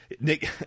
Nick